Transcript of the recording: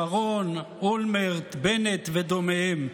שרון, אולמרט, בנט ודומיהם.